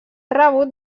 rebut